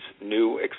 new